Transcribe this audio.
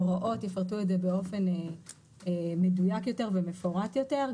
הוראות יפרטו את זה באופן מדויק יותר ומפורט יותר.